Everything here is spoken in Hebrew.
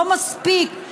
לא מספיק.